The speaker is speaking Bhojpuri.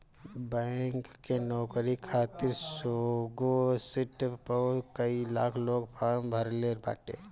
बैंक के नोकरी खातिर सौगो सिट पअ कई लाख लोग फार्म भरले बाटे